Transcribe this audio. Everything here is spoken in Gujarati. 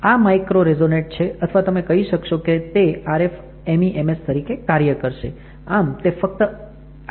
આ માઇક્રો રેઝોનેટર છે અથવા તમે કહી શકશો કે તે RF MEMS તરીકે કાર્ય કરશે આમ તે ફક્ત 8